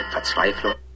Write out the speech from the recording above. Verzweiflung